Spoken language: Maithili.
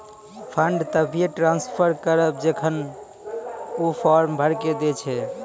फंड तभिये ट्रांसफर करऽ जेखन ऊ फॉर्म भरऽ के दै छै